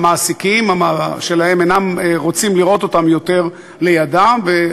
המעסיקים שלהם אינם רוצים לראות אותם יותר לידם,